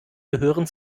gehören